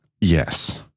Yes